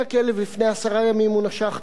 הנה הכלב, לפני עשרה ימים הוא נשך.